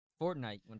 Fortnite